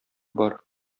бар